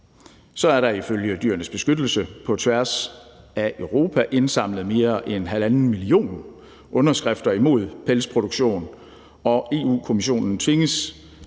Så er der ifølge Dyrenes Beskyttelse på tværs af Europa indsamlet mere end halvanden million underskrifter imod pelsproduktion, og Europa-Kommissionen tvinges